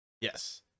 Yes